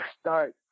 start